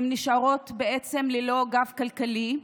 הן נשארות בעצם ללא גב כלכלי.